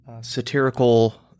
satirical